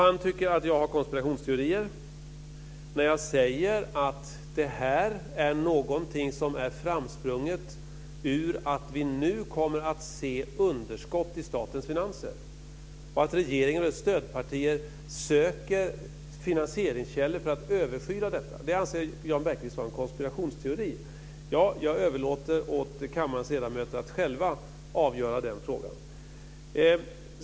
Han tycker att jag har gått med konspirationsteorier när jag säger att det här är någonting som är framsprunget ur att vi nu kommer att se underskott i statens finanser och att regeringen med stödpartier söker finansieringskällor för att överskyla detta. Det anser Jan Bergqvist vara en konspirationsteori. Jag överlåter åt kammarens ledamöter att själva avgöra den frågan.